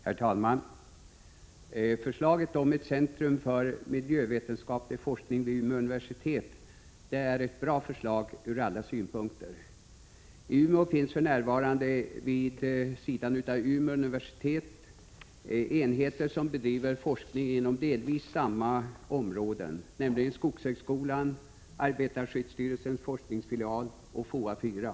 Herr talman! Förslaget om ett centrum för miljövetenskaplig forskning vid Umeå universitet är ett bra förslag ur alla synpunkter. I Umeå finns för närvarande vid sidan av Umeå universitet enheter som bedriver forskning inom delvis samma områden, nämligen skogshögskolan, arbetarskyddsstyrelsens forskningsfilial och FOA 4.